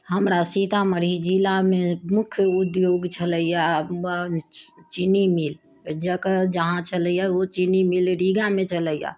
हमरा सीतामढ़ी जिलामे मुख्य उद्योग छलैया चीनी मील जकर जहाँ छलैया ओ चीनी मील रीगामे छलैया